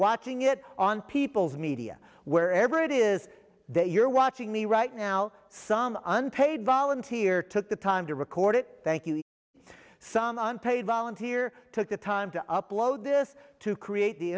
watching it on people's media wherever it is that you're watching me right now some unpaid volunteer took the time to record it thank you some unpaid volunteer took the time to upload this to create the